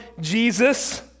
Jesus